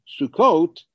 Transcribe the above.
Sukkot